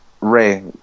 Ray